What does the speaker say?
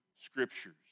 Scriptures